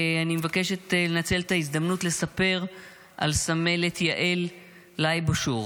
אני מבקשת לנצל את ההזדמנות לספר על סמלת יעל לייבושור,